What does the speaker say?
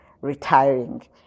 retiring